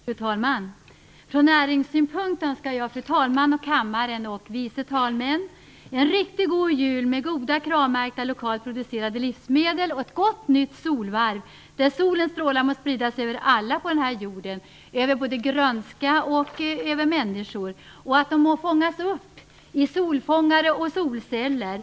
Fru talman! Från näringssynpunkt önskar jag fru talmannen, kammaren och vice talmännen en riktigt god jul med goda kravmärkta, lokalt producerade livsmedel och ett gott nytt solvarv, där solens strålar må spridas över alla på den här jorden, över både grönska och människor, och fångas upp i solfångare och solceller.